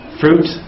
fruit